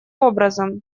образом